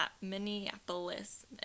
Minneapolis